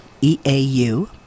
e-a-u